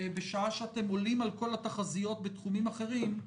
בשעה שאתם עולים על כל התחזיות בתחומים אחרים,